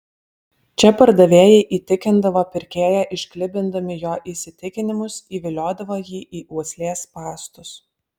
čia pardavėjai įtikindavo pirkėją išklibindami jo įsitikinimus įviliodavo jį į uoslės spąstus